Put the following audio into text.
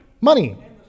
Money